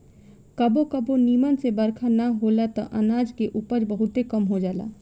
कबो कबो निमन से बरखा ना होला त अनाज के उपज बहुते कम हो जाला